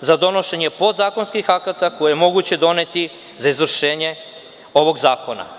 za donošenje podzakonskih akata koje je moguće doneti za izvršenje ovog zakona.